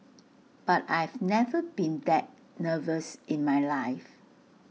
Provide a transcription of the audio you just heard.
but I've never been that nervous in my life